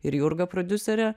ir jurga prodiusere